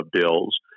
bills